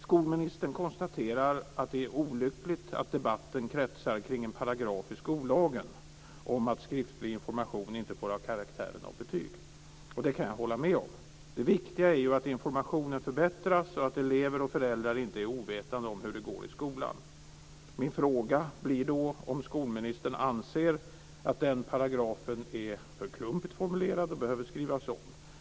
Skolministern konstaterar att det är olyckligt att debatten kretsar kring en paragraf i skollagen om att skriftlig information inte får ha karaktären av betyg. Det kan jag hålla med om. Det viktiga är ju att informationen förbättras och att elever och föräldrar inte är ovetande om hur det går i skolan. Min fråga blir då om skolministern anser att den paragrafen är för klumpigt formulerad och behöver skrivas om.